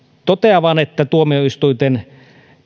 toteavan että tuomioistuinten